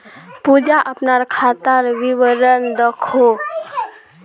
पूजा अपना खातार विवरण दखोह